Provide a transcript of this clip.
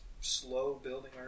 slow-building